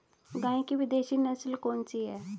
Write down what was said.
गाय की विदेशी नस्ल कौन सी है?